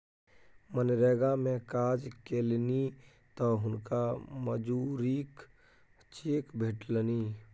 मनरेगा मे काज केलनि तँ हुनका मजूरीक चेक भेटलनि